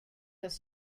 this